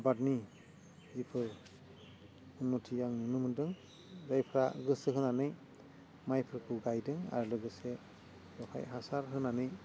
आबादनि जेफोर मथै आं नुनो मोनदों जायफ्रा गोसो होनानै माइफोरखौ गायदों आरो लोगोसे बेवहाय हासार होनानै मोजां